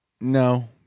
No